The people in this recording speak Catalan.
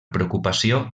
preocupació